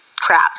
crap